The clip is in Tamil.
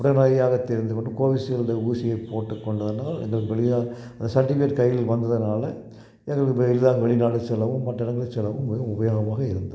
உடனடியாக தீர்ந்து விடும் கோவிஷீல்டு ஊசியை போட்டுக் கொண்டதனால் எங்களுக்கு ஒரு வழியா அந்த சர்ட்டிஃபிகேட் கையில் வந்ததுனால் எங்களுக்கு இப்போ எளிதாக வெளிநாடு செல்லவும் மற்ற இடங்களுக்கு செல்லவும் மிகவும் உபயோகமாக இருந்தது